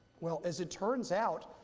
well, as it turns out,